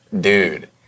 dude